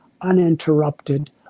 uninterrupted